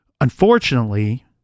Unfortunately